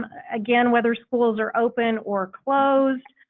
again, whether schools are open or closed